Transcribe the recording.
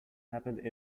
happened